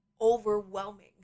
overwhelming